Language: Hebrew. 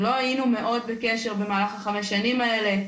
לא היינו מאוד בקשר במהלך החמש שנים האלה.